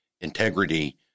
integrity